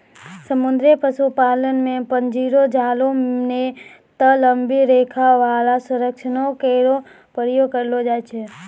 समुद्री पशुपालन म पिंजरो, जालों नै त लंबी रेखा वाला सरणियों केरो प्रयोग करलो जाय छै